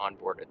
onboarded